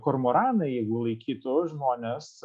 kormoranai jėgų laikytų žmones